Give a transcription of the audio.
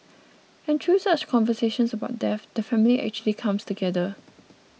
and through such conversations about death the family actually comes together